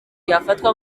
yafatwa